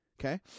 Okay